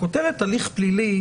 הכותרת: הליך פלילי,